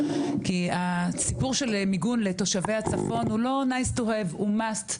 כי הסיפור של מיגון לתושבי הצפון הוא לא nice to have הוא must.